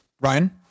Ryan